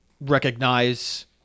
recognize